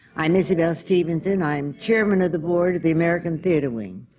i'm isabelle stevenson. i am chairman of the board of the american theatre wing.